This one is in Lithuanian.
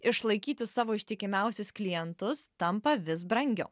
išlaikyti savo ištikimiausius klientus tampa vis brangiau